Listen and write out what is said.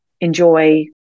enjoy